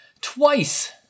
twice